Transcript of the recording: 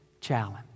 challenge